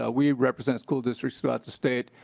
ah we represent school districts throughout the state.